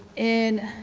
in